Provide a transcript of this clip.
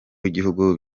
w’igihugu